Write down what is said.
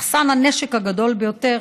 מחסן הנשק הגדול ביותר